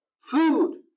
Food